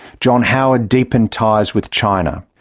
john howard deepened ties with china.